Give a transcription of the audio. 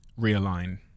realign